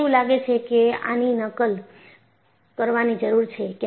મને એવું લાગે છે કે આની નકલ કરવાની જરૂર છે